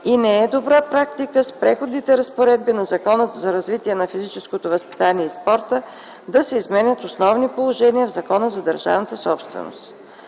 и не е добра практика с Преходните разпоредби на Закона за развитието на физическото възпитание и спорта да се изменят основни положения в Закона за държавната собственост.